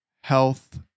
health